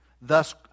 thus